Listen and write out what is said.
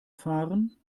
fahren